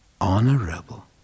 Honorable